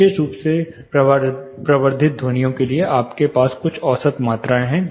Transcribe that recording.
विशेष रूप से प्रवर्धित ध्वनियों के लिए आपके पास कुछ औसत मात्राएँ हैं